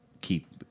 keep